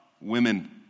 women